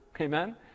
Amen